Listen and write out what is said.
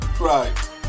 Right